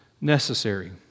necessary